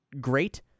great